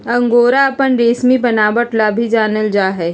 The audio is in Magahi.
अंगोरा अपन रेशमी बनावट ला भी जानल जा हई